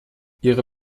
ihre